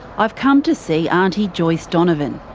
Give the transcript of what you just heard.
i've come to see aunty joyce donovan,